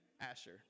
Asher